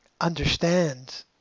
understand